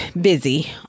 busy